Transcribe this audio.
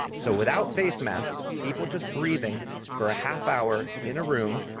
so without face masks, people just breathing for a half hour in a room